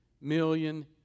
million